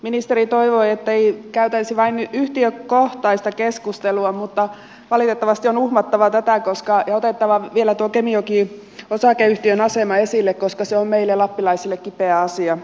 ministeri toivoi ettei käytäisi vain yhtiökohtaista keskustelua mutta valitettavasti on uhmattava tätä ja otettava vielä kemijoki osakeyhtiön asema esille koska se on meille lappilaisille kipeä asia